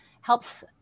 helps